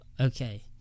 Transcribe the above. okay